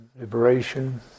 liberation